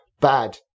Bad